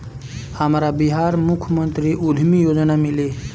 हमरा बिहार मुख्यमंत्री उद्यमी योजना मिली?